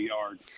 yard